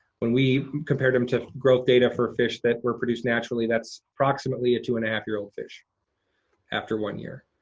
when we compared him to growth data for fish that were produced naturally, that's approximately a two and a half year old fish after one year.